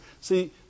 See